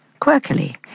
quirkily